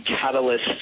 catalyst